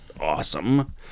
awesome